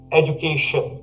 education